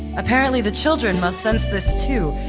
apparently the children must sense this too,